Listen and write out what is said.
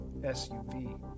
SUV